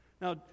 Now